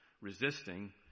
resisting